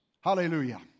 Hallelujah